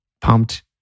pumped